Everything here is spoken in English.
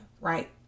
right